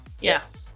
Yes